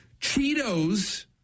Cheetos